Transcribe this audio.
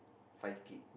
five kid